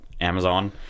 Amazon